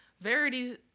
Verity